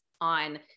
on